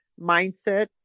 mindset